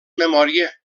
memòria